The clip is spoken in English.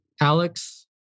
Alex